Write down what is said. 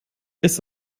ist